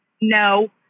No